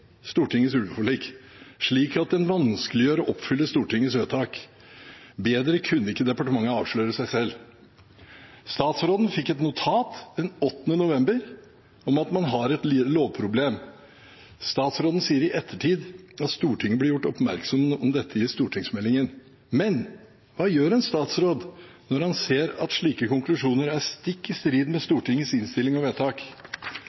Stortingets ulveforlik, slik at den vanskeliggjør å oppfylle Stortingets vedtak. Bedre kunne ikke departementet avsløre seg selv. Statsråden fikk et notat den 8. november om at man har et lovproblem. Statsråden sier i ettertid at Stortinget ble gjort oppmerksom på dette i stortingsmeldingen. Men hva gjør en statsråd når han ser at slike konklusjoner er stikk i strid med Stortingets innstilling og vedtak?